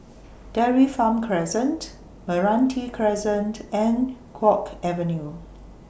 Dairy Farm Crescent Meranti Crescent and Guok Avenue